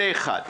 זה אחד.